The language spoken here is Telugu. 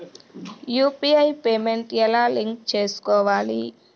యు.పి.ఐ పేమెంట్ ఎలా లింక్ చేసుకోవాలి?